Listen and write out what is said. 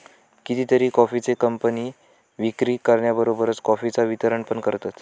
कितीतरी कॉफीचे कंपने विक्री करण्याबरोबरच कॉफीचा वितरण पण करतत